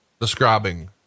describing